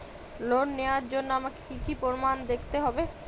Loan নেওয়ার জন্য আমাকে কী কী প্রমাণ দেখতে হবে?